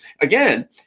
Again